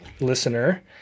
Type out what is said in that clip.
listener